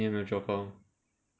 你有没有做工